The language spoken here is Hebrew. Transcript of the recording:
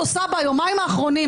עושה ביומיים האחרונים,